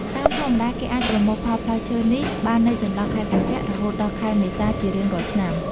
តាមធម្មតា គេអាចប្រមូលផលផ្លែឈើនេះបាននៅចន្លោះខែកុម្ភៈ រហូតដល់ខែមេសា ជារៀងរាល់ឆ្នាំ។